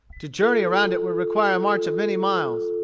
to journey around it would require a march of many miles.